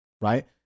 right